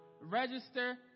register